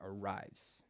arrives